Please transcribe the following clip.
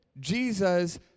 Jesus